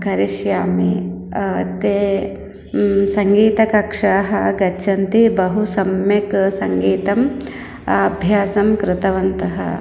करिष्यामि ते सङ्गीतकक्षाः गच्छन्ति बहु सम्यक् सङ्गीतं अभ्यासं कृतवत्यः